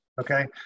okay